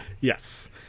yes